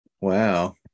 wow